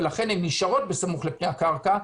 ולכן הן נשארות בסמוך לפני הקרקע.